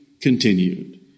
continued